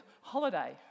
holiday